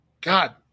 God